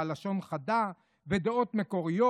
בעל לשון חדה ודעות מקוריות.